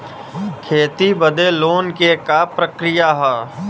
खेती बदे लोन के का प्रक्रिया ह?